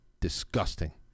Disgusting